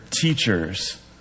teachers